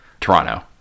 Toronto